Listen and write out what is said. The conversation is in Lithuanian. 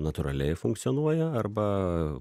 natūraliai funkcionuoja arba